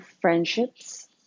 friendships